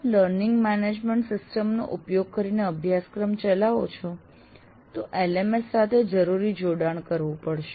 જો આપ learning management system નો ઉપયોગ કરીને અભ્યાસક્રમ ચલાવો છો તો LMS સાથે જરૂરી જોડાણ કરવું પડશે